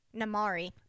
namari